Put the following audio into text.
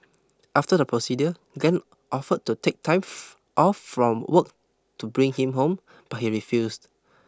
after the procedure Glen offered to take time off from work to bring him home but he refused